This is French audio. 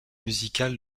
musical